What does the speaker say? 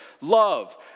love